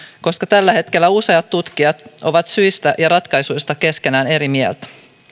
koska tällä hetkellä useat tutkijat ovat syistä ja ratkaisuista keskenään eri mieltä